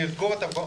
לדעת אם הבנתי נכון.